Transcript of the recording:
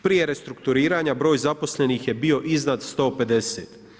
Prije restrukturiranja broj zaposlenih je bio iznad 150.